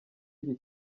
iki